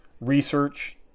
research